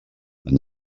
han